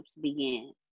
began